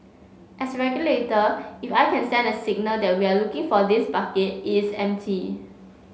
as regulator if I can send a signal that we are looking for this bucket it's empty